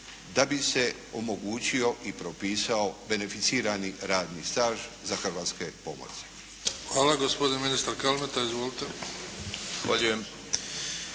da bi se omogućio ili propisao beneficirani radni staž za hrvatske pomorce? **Bebić, Luka (HDZ)** Hvala. Gospodin ministar Kalmeta. Izvolite.